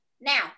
now